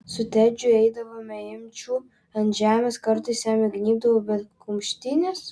su tedžiu eidavome imčių ant žemės kartais jam įgnybdavau bet kumštynės